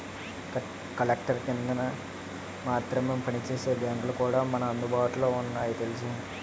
కలెక్టర్ల కిందన మాత్రమే పనిచేసే బాంకులు కూడా మనకు అందుబాటులో ఉన్నాయి తెలుసా